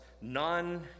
None